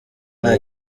nta